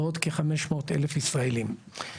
ועוד כ-500 אלף ישראלים.